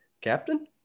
Captain